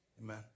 Amen